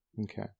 Okay